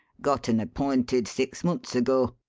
got un appointed six months ago.